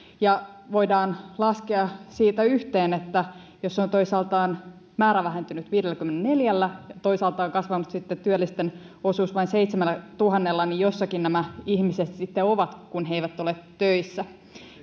voidaan laskea siitä yhteen että jos toisaalta määrä on vähentynyt viidelläkymmenelläneljällätuhannella toisaalta työllisten osuus on kasvanut vain seitsemällätuhannella niin jossakin nämä ihmiset sitten ovat kun he eivät ole töissä